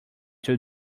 too